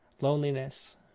Loneliness